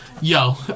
yo